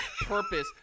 purpose